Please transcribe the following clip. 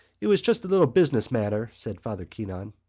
it was just a little business matter, said father keon.